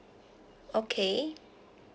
okay